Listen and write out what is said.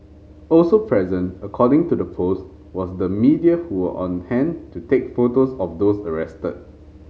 also present according to the post was the media who were on hand to take photos of those arrested